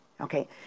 Okay